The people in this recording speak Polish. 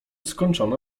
skończona